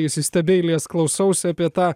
įsistebeilijęs klausausi apie tą